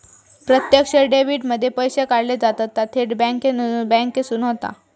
प्रत्यक्ष डेबीट मध्ये पैशे काढले जातत ता थेट बॅन्केसून होता